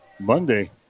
Monday